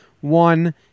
One